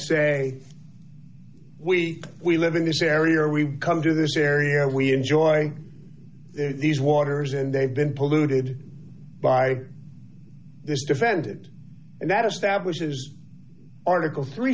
say we we live in this area or we come to this area we enjoy these waters and they've been polluted by this defended and that establishes article three